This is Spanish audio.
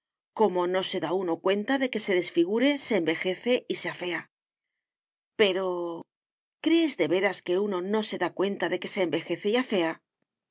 como no se da uno cuenta de que se desfigure se envejece y se afea pero crees de veras que uno no se da cuenta de que se envejece y afea no